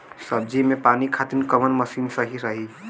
सब्जी में पानी खातिन कवन मशीन सही रही?